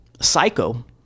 Psycho